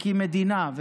הקים מדינה,